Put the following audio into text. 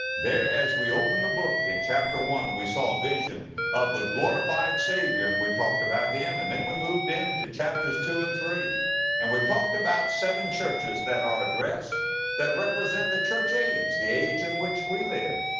there as we opened the book in chapter one, we saw a vision of the glorified savior and we talked about him. and then we moved into chapters two and three and we talked about seven churches that are addressed that represent the church age, the age in which we live.